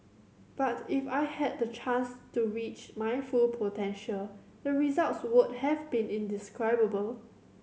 but if I had the chance to reach my full potential the results would have been indescribable